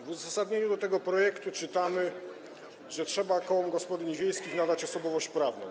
W uzasadnieniu do tego projektu czytamy, że trzeba kołom gospodyń wiejskich nadać osobowość prawną.